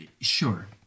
sure